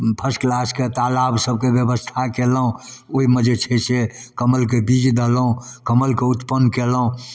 first किलासके तालाब सबके बेबस्था कएलहुँ ओहिमे जे छै से कमलके बीज देलहुँ कमलके उत्पन्न कएलहुँ